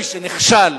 מי שנכשל,